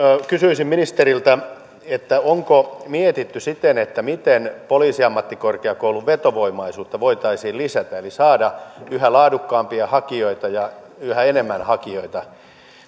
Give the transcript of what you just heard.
kysyisin ministeriltä onko mietitty miten poliisiammattikorkeakoulun vetovoimaisuutta voitaisiin lisätä eli saada yhä laadukkaampia hakijoita ja yhä enemmän hakijoita